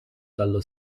dallo